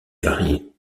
variée